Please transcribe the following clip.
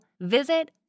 visit